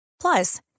Plus